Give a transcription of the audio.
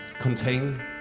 contain